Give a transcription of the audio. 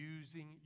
using